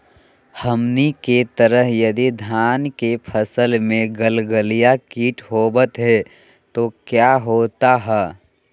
हमनी के तरह यदि धान के फसल में गलगलिया किट होबत है तो क्या होता ह?